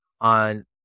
on